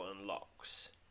unlocks